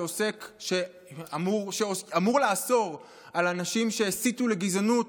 שאמור לאסור על אנשים שהסיתו לגזענות